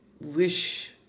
wish